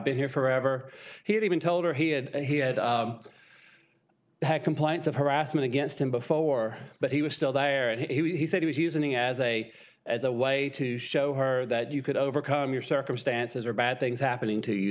been here forever he had even told her he had had he had complaints of harassment against him before but he was still there and he said he was using as a as a way to show her that you could overcome your circumstances or bad things happening to you